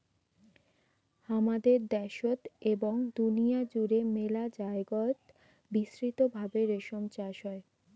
হামাদের দ্যাশোত এবং দুনিয়া জুড়ে মেলা জায়গায়ত বিস্তৃত ভাবে রেশম চাষ হই